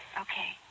Okay